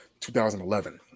2011